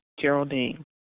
Geraldine